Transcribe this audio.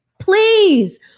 Please